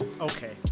Okay